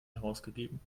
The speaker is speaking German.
herausgegeben